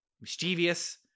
mischievous